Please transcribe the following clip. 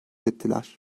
ettiler